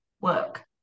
work